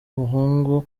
abahungu